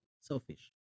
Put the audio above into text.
selfish